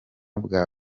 bwa